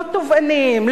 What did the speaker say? לא תובעניים,